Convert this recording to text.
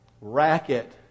racket